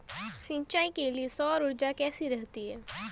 सिंचाई के लिए सौर ऊर्जा कैसी रहती है?